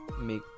make